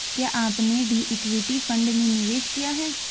क्या आपने भी इक्विटी फ़ंड में निवेश किया है?